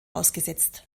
ausgesetzt